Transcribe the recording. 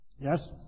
Yes